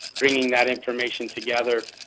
bringing that information together.